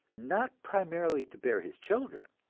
not primarily to bear his children,